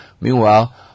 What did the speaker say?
Meanwhile